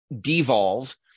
devolve